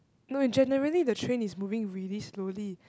no in generally the train is moving really slowly